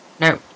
No